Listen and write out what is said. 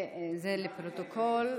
זה לפרוטוקול.